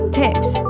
tips